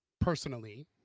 personally